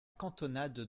cantonade